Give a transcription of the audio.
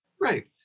Right